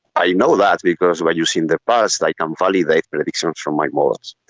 i know that because what you see the past, i can validate predictions from my models.